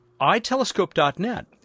iTelescope.net